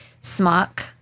smock